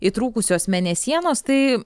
įtrūkusios mėnesienos tai